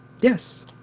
Yes